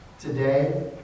today